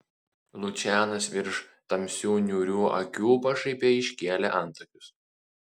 lučianas virš tamsių niūrių akių pašaipiai iškėlė antakius